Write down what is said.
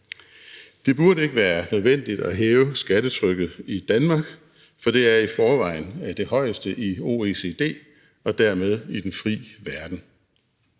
Det burde ikke være nødvendigt at hæve skattetrykket i Danmark, for det er i forvejen det højeste i OECD og dermed i den fri verden.